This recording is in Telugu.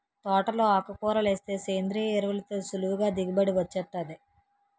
తోటలో ఆకుకూరలేస్తే సేంద్రియ ఎరువులతో సులువుగా దిగుబడి వొచ్చేత్తాది